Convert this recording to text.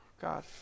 God